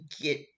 get